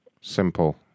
Simple